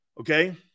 okay